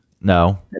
no